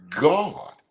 God